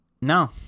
no